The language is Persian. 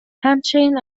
همچنین